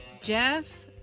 Jeff